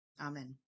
Amen